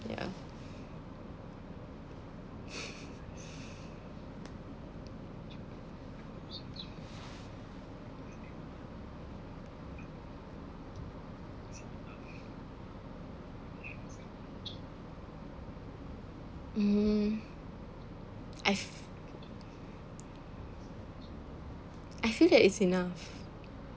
ya mmhmm I f~ I feel that it's enough